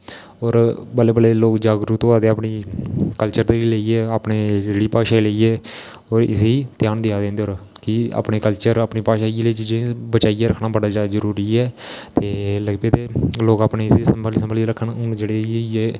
होर लोग बल्लैं बल्लैं जागरुत होआ दे अपने कलचर गी लेई अपनी जेह्ड़ी भाशा गी लेइयै होर इस्सी ध्यान देआ दे इं'दे पर कि अपने कल्चर अपनी भाशा इ'यै जेही चीजें गी बचाइयै रक्खना बड़ा जैदा जरूरी ऐ ते लग्गी पेदे लोग अपनी इस्सी सम्भाली सम्भालियै रक्खना हून जेह्ड़ी एह् ऐ